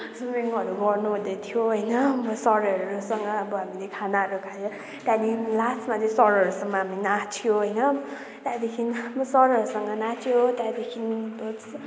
स्विमिङहरू गर्नु हुँदैथियो होइन अब सरहरूसँग अब हामीले खानाहरू खायो त्यहाँदेखि लास्टमा चाहिँ सरहरूसँग हामी नाच्यो होइन म सरहरूसँग नाच्यो त्यहाँदेखि त्यो